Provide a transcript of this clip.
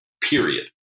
period